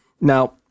Now